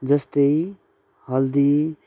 जस्तै हल्दी